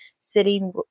sitting